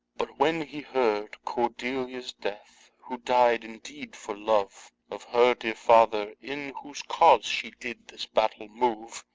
but when he heard cordelia's death, who died indeed for love of her dear father, in whose cause she did this battle move,